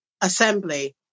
assembly